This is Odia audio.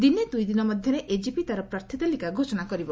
ଦିନେ ଦୁଇ ଦିନ ମଧ୍ୟରେ ଏଜିପି ତା'ର ପ୍ରାର୍ଥୀ ତାଲିକା ଘୋଷଣା କରିବ